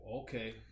okay